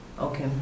okay